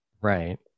Right